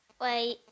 wait